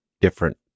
Different